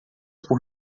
por